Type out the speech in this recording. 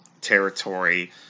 territory